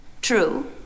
True